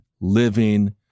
living